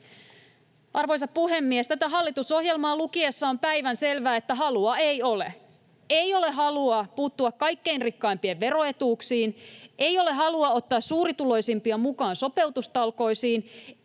Arvoisa puhemies! Tätä hallitusohjelmaa lukiessa on päivänselvää, että halua ei ole: Ei ole halua puuttua kaikken rikkaimpien veroetuuksiin. Ei ole halua ottaa suurituloisimpia mukaan sopeutustalkoisiin.